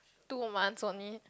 two months only